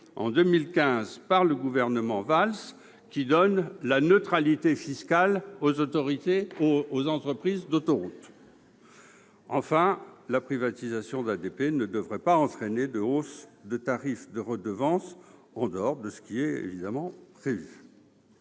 en 2015 par le gouvernement Valls et qui accorde la neutralité fiscale aux concessionnaires d'autoroutes. Non, la privatisation d'ADP ne devrait pas entraîner de hausse des tarifs des redevances, en dehors de ce qui est prévu.